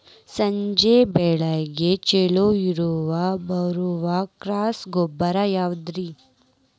ಸಜ್ಜೆ ಬೆಳೆಗೆ ಛಲೋ ಇಳುವರಿ ಬರುವ ಕ್ರಾಸ್ ಬೇಜ ಯಾವುದ್ರಿ?